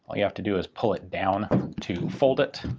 all you have to do is pull it down to fold it.